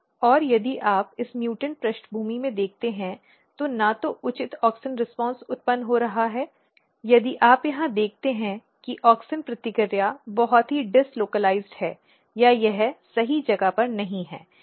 और यदि आप इस म्यूटेंट पृष्ठभूमि में देखते हैं तो न तो उचित ऑक्सिन प्रतिक्रिया उत्पन्न हो रहा है यदि आप यहां देखते हैं कि ऑक्सिन प्रतिक्रिया बहुत ही डिश लोकलाइज्ड है या यह सही जगह पर नहीं है